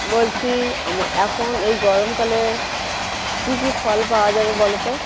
বলছি আমা এখন এই গরমকালে কী কী ফল পাওয়া যাবে বলো তো